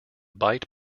bight